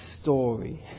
story